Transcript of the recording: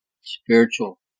spiritual